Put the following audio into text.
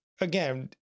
again